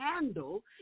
handle